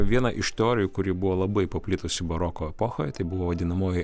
viena iš teorijų kuri buvo labai paplitusi baroko epochoj tai buvo vadinamoji